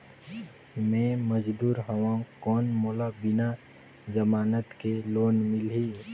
मे मजदूर हवं कौन मोला बिना जमानत के लोन मिलही?